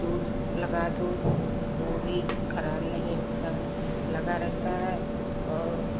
दूध लगा दो वो भी खराब नहीं होता है लगा रहता है और